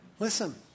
Listen